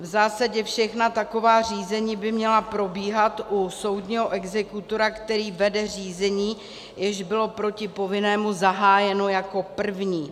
V zásadě všechna taková řízení by měla probíhat u soudního exekutora, který vede řízení, jež bylo proti povinnému zahájeno jako první.